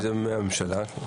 זה מהממשלה?